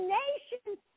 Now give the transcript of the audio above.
nations